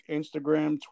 Instagram